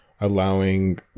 allowing